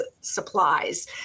supplies